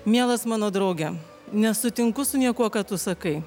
mielas mano drauge nesutinku su niekuo ką tu sakai